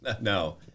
No